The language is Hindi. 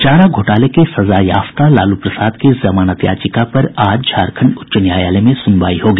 चारा घोटाले के सजायाफ्ता लालू प्रसाद की जमानत याचिका पर आज झारखंड उच्च न्यायालय में सुनवाई होगी